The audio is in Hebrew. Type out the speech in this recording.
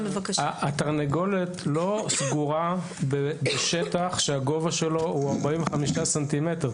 התרנגולת לא סגורה בשטח שהגובה שלו הוא 45 סנטימטרים.